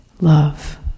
Love